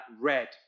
red